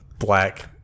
Black